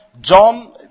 John